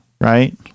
right